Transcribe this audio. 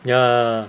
ya